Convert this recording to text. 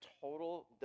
total